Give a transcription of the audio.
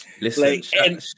Listen